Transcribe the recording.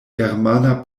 germana